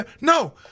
No